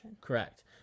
Correct